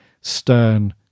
stern